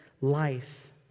life